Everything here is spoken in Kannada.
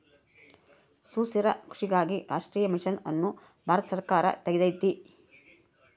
ಸುಸ್ಥಿರ ಕೃಷಿಗಾಗಿ ರಾಷ್ಟ್ರೀಯ ಮಿಷನ್ ಅನ್ನು ಭಾರತ ಸರ್ಕಾರ ತೆಗ್ದೈತೀ